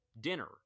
dinner